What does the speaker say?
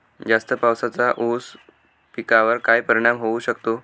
जास्त पावसाचा ऊस पिकावर काय परिणाम होऊ शकतो?